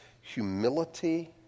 humility